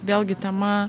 vėlgi tema